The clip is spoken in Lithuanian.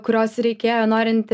kurios reikėjo norint